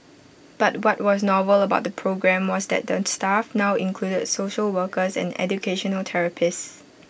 but what was novel about the programme was that the staff now included social workers and educational therapists